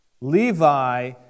Levi